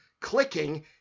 clicking